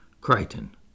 Crichton